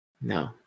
no